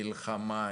מלחמה,